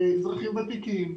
אזרחים ותיקים,